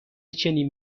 چنین